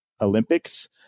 Olympics